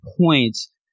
points